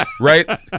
right